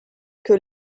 que